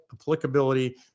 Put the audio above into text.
applicability